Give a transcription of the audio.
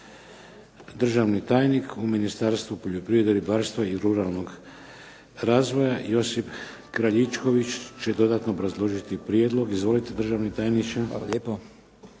Državni tajnik u Ministarstvu poljoprivrede, ribarstva i ruralnog razvoja Josip Kraljičković će dodatno obrazložiti prijedlog. Izvolite državni tajniče.